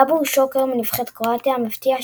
דאבור שוקר מנבחרת קרואטיה המפתיעה,